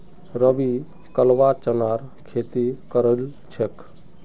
रवि कलवा चनार खेती करील छेक